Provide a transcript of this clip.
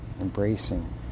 Embracing